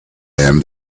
him